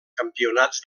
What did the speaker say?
campionats